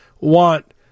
want